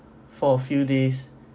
for a few days